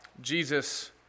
Jesus